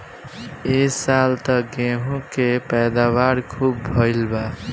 ए साल त गेंहू के पैदावार खूब भइल बा